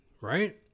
right